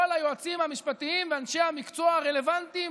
היועצים המשפטיים ואנשי המקצוע הרלוונטיים